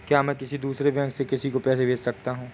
क्या मैं किसी दूसरे बैंक से किसी को पैसे भेज सकता हूँ?